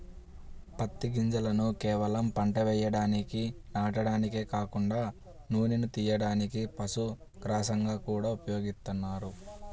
పత్తి గింజలను కేవలం పంట వేయడానికి నాటడమే కాకుండా నూనెను తియ్యడానికి, పశుగ్రాసంగా గూడా ఉపయోగిత్తన్నారు